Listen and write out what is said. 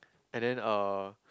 and then uh